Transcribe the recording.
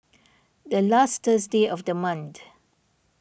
the last Thursday of the month